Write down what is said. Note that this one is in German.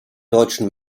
deutschen